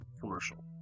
commercial